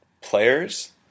players